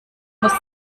muss